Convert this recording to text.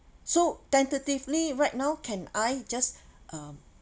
so tentatively right now can I just um